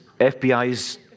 FBI's